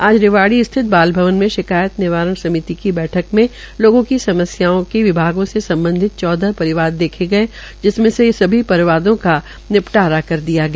आज रेवाड़ी स्थित बालभवन मे शिकायत निवारण समिति की बैठक में लोगों की समस्याओं की विभागों से सम्बधित चौदह परिवाद रखे गये जिसमें से सभी परिवादों को निपटारा कर दिया गया